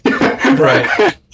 Right